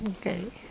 Okay